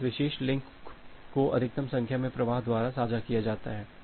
तो इस विशेष लिंक को अधिकतम संख्या में प्रवाह द्वारा साझा किया जाता है